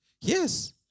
Yes